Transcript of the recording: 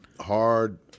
hard